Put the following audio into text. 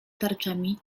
tarczami